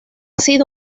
sido